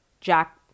Jack